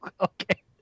okay